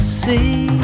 see